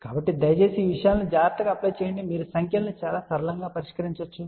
కాబట్టి దయచేసి ఈ విషయాలను జాగ్రత్తగా అప్లై చేయండి మీరు సమస్యలను చాలా సరళంగా పరిష్కరించవచ్చు